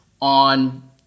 on